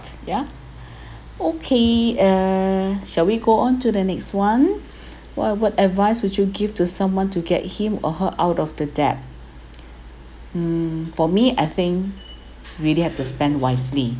yeah okay uh shall we go onto the next one what what advice would you give to someone to get him or her out of the debt mm for me I think really have to spend wisely